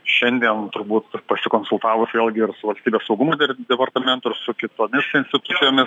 šiandien turbūt pasikonsultavus vėlgi ir su valstybės saugumo departamentu ir su kitomis institucijomis